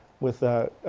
with the